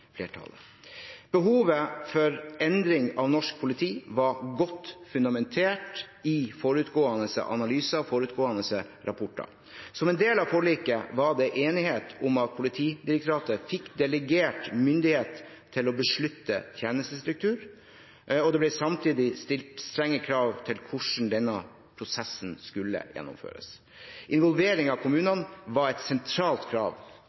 Behovet for endring av norsk politi var godt fundamentert i forutgående analyser og rapporter. Som en del av forliket var det enighet om at Politidirektoratet fikk delegert myndighet til å beslutte tjenestestruktur, og det ble samtidig stilt strenge krav til hvordan denne prosessen skulle gjennomføres. Involvering av kommunene var et sentralt krav